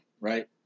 right